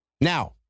Now